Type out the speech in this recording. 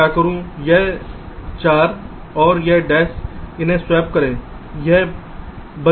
यह 4 और यह डैश इन्हें स्वैप करें यह बन जाता है